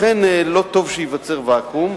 לכן, לא טוב שייווצר ואקום.